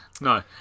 No